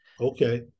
Okay